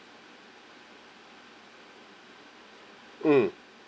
mm